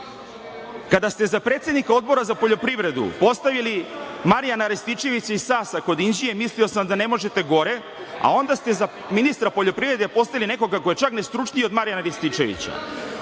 Kada ste za predsednika Odbora za poljoprivredu postavili Marijana Rističevića iz Sasa kod Inđije, mislio sam da ne možete gore, a onda ste za ministra poljoprivrede postavili nekoga ko je čak nestručniji od Marijana Ristićevića.